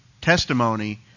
testimony